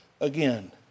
again